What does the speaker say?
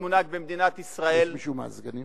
במדינת ישראל נוהג היום משטר זיכיונות,